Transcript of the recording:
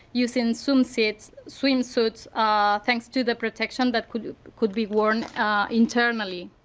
using swimsuits swimsuits ah thanks to the protection that could could be worn internally.